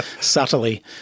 subtly